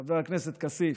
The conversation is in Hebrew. חבר הכנסת כסיף,